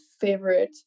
favorite